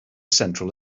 central